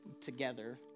together